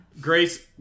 grace